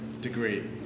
degree